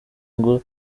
ngo